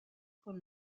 con